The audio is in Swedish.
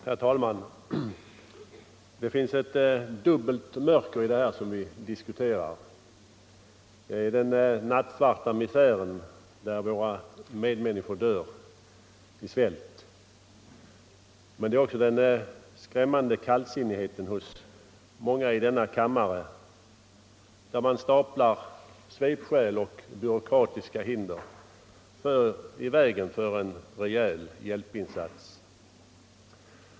Herr talman! Det finns ett dubbelt mörker i det vi diskuterar. Det är den nattsvarta misären där våra medmänniskor dör i svält, men det är också den skrämmande kallsinnigheten hos många i denna kammare, där man staplar svepskäl och byråkratiska hinder i vägen för en rejäl hjälpinsats.